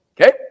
Okay